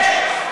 יש.